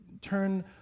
turn